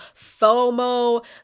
FOMO